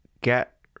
get